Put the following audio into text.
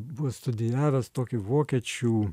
buvo studijavęs tokį vokiečių